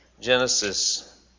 Genesis